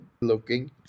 looking